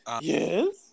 Yes